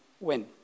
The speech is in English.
win